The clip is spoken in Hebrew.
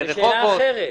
ברחובות?